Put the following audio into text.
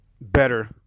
better